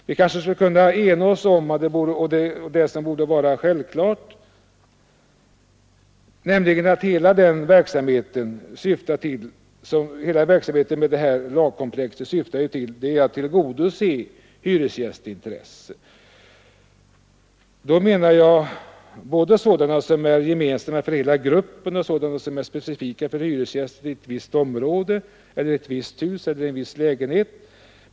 Vi kanske skulle kunna ena oss om det som borde vara självklart, nämligen att det som hela arbetet med det här lagkomplexet syftar till är att tillgodose hyresgästintressen — både sådana som är gemensamma för hela gruppen och sådana som är specifika för hyresgäster i ett visst område, ett visst hus eller en viss lägenhet.